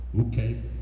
Okay